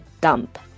dump